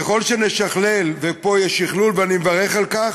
ככל שנשכלל, ופה יש שכלול, ואני מברך על כך,